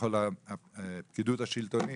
בכל הפקידות השלטונית.